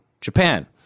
Japan